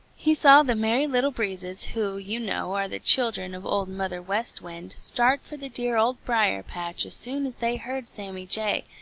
he saw the merry little breezes who, you know, are the children of old mother west wind, start for the dear old briar-patch as soon as they heard sammy jay,